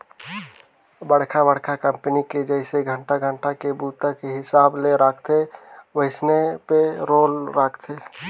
बड़खा बड़खा कंपनी मे जइसे घंटा घंटा के बूता के हिसाब ले राखथे वइसने पे रोल राखथे